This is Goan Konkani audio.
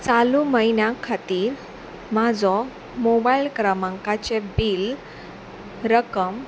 चालू म्हयन्या खातीर म्हाजो मोबायल क्रमांकाचें बील रक्कम